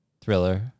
Thriller